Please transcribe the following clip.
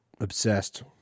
obsessed